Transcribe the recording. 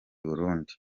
burundi